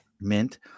mint